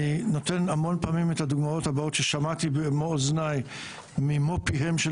אני נותן המון פעמים את הדוגמאות הבאות ששמעתי במו אוזניי במו פיהם של